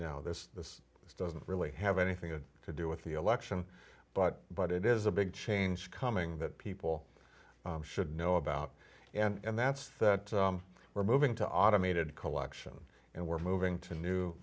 this this this doesn't really have anything to do with the election but but it is a big change coming that people should know about and that's that we're moving to automated collection and we're moving to new